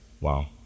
Wow